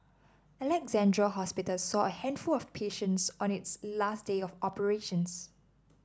Alexandra Hospital saw a handful of patients on its last day of operations